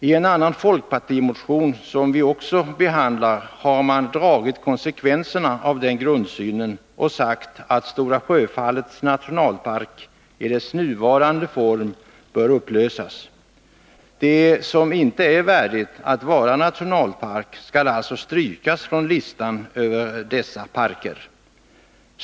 I en annan folkpartimotion, som vi också behandlar, har man dragit upp konsekvenserna av den grundsynen och sagt att Stora Sjöfallets nationalpark i dess nuvarande form bör upplösas. Det som inte är värdigt att vara nationalpark skall alltså strykas från listan över dessa parker.